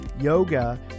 yoga